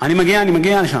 אני מגיע, אני מגיע לשם.